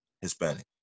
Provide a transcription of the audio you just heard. Hispanic